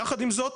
יחד עם זאת,